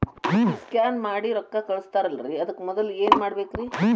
ಈ ಸ್ಕ್ಯಾನ್ ಮಾಡಿ ರೊಕ್ಕ ಕಳಸ್ತಾರಲ್ರಿ ಅದಕ್ಕೆ ಮೊದಲ ಏನ್ ಮಾಡ್ಬೇಕ್ರಿ?